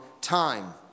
time